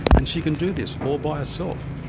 and she can do this, all by herself.